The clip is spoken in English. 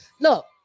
Look